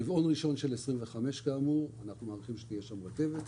ברבעון הראשון של 25' אנחנו מעריכים שתהיה שם רכבת.